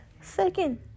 Second